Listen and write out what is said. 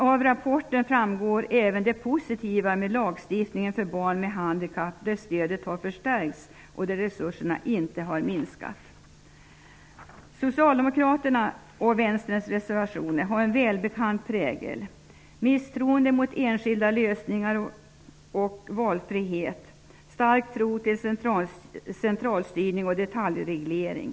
Av rapporten framgår även det positiva med lagstiftningen för barn med handikapp. Stödet till dem har förstärkts, och resurserna har inte minskat. Socialdemokraternas och Vänsterns reservationer har en välbekant prägel. Det finns ett misstroende mot enskilda lösningar och mot valfrihet. Det finns en stark tro på centralstyrning och detaljreglering.